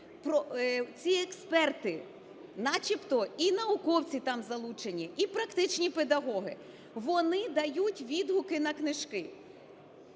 ці експерти, начебто і науковці там залучені, і практичні педагоги, вони дають відгуки на книжки.